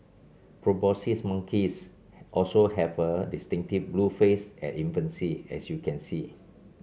proboscis monkeys also have a distinctive blue face at infancy as you can see